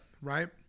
right